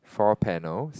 four panels